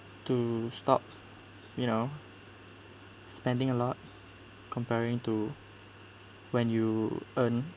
to stop you know spending a lot comparing to when you earn